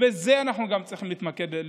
וגם בזה אנחנו צריכים לטפל.